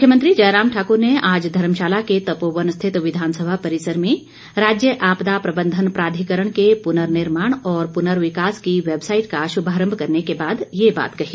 मुख्यमंत्री जयराम ठाकुर ने आज धर्मशाला के तपोवन स्थित विधानसभा परिसर में राज्य आपदा प्रबंधन प्राधिकरण के पुर्ननिर्माण और पुर्नविकास की वैबसाईट का शुभारंभ करने के बाद ये बात कही